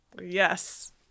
Yes